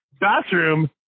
bathroom